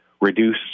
reduce